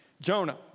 Jonah